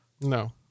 No